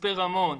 מצפה רמון,